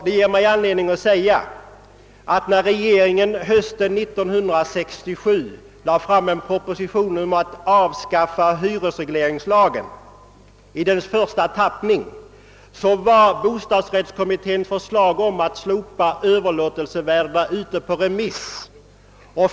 Det ger mig anledning påpeka att när regeringen hösten 1967 lade fram en proposition om avskaffande av hyresregleringslagen, i dess första tappning, så var bostadsrättskommitténs förslag om slopande av överlåtelsevärdena redan ute på remiss.